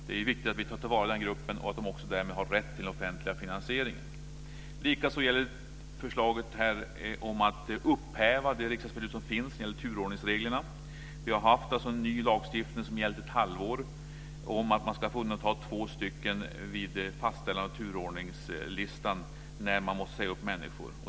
Det är viktigt att vi tar till vara denna grupp och att den också därmed har rätt till offentlig finansiering. Detsamma gäller förslaget att upphäva det riksdagsbeslut som finns när det gäller turordningsreglerna. Vi har en ny lagstiftning som har gällt under ett halvår om att man ska få undanta två personer vid fastställande av turordningslistan när man måste säga upp människor.